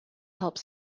helps